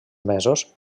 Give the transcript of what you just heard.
mesos